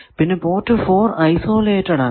പിന്നെ port 4 isolated ആണ്